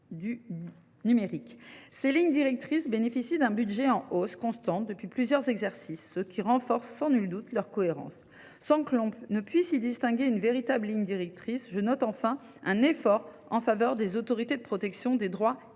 Ces lignes directrices bénéficient d’un budget en hausse constante depuis plusieurs exercices, ce qui renforce sans nul doute leur cohérence. Sans que l’on puisse y distinguer une véritable ligne directrice, je note, enfin, un effort en faveur des autorités de protection des droits et libertés,